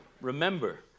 Remember